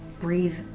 Breathe